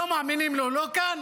לא מאמינים לו, לא כאן